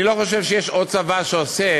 אני לא חושב שיש עוד צבא שעושה